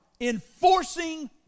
enforcing